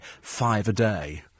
five-a-day